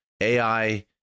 AI